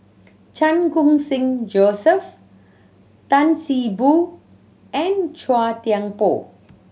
Chan Khun Sing Joseph Tan See Boo and Chua Thian Poh